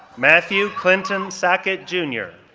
matthew clinton sackett, jr,